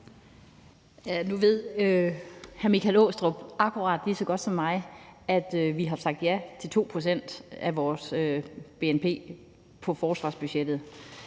Nu ved hr. Michael Aastrup Jensen akkurat lige så godt som mig, at vi har sagt ja til 2 pct. af vores bnp på forsvarsbudgettet.